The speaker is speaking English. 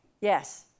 Yes